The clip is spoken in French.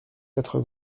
quatre